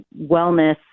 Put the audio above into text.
wellness